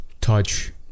Touch